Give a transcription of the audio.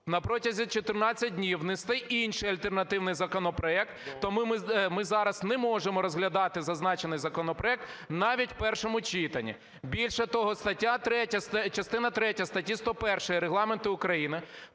на протязі 14 днів внести інший альтернативний законопроект. Тому ми зараз не можемо розглядати зазначений законопроект навіть у першому читанні. Більше того, частина третя статті 101 Регламенту України